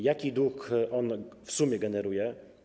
Jaki dług on w sumie generuje?